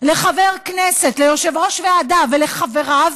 לחבר כנסת, ליושב-ראש ועדה ולחבריו,